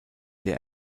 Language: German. der